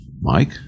Mike